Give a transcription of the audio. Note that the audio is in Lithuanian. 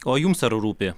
o jums ar rūpi